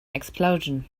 explosion